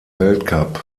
weltcup